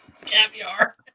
caviar